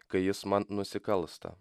kai jis man nusikalsta